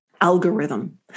algorithm